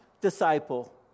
disciple